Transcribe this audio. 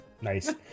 nice